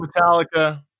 Metallica